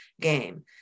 game